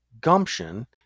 gumption